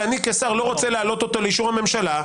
ואני כשר לא רוצה להעלות אותו לאישור הממשלה.